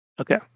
Okay